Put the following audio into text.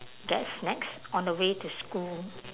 get snacks on the way to school